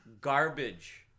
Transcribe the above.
garbage